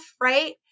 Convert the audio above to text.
right